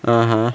(uh huh)